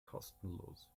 kostenlos